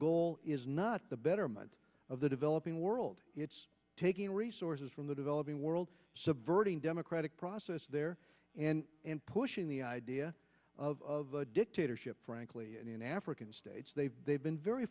goal is not the betterment of the developing world it's taking resources from the developing world subverting democratic process there and pushing the idea of dictatorship frankly in african states they've they've been very